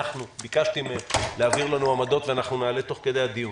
ביקשתי מהם להעביר לנו עמדות ואנחנו נעלה תוך כדי הדיון.